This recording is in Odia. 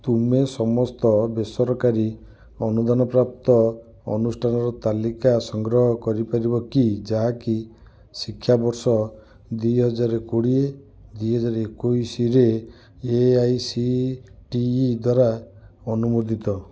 ତୁମେ ସମସ୍ତ ବେସରକାରୀ ଅନୁଦାନ ପ୍ରାପ୍ତ ଅନୁଷ୍ଠାନର ତାଲିକା ସଂଗ୍ରହ କରିପାରିବ କି ଯାହାକି ଶିକ୍ଷାବର୍ଷ ଦୁଇ ହଜାର କୋଡ଼ିଏ ଦୁଇ ହଜାର ଏକୋଇଶରେ A I C T E ଦ୍ୱାରା ଅନୁମୋଦିତ